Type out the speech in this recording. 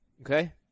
Okay